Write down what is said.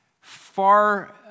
far